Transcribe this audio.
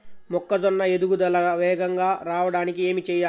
మొక్కజోన్న ఎదుగుదల వేగంగా రావడానికి ఏమి చెయ్యాలి?